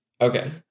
Okay